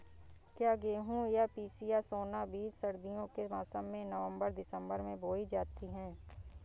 क्या गेहूँ या पिसिया सोना बीज सर्दियों के मौसम में नवम्बर दिसम्बर में बोई जाती है?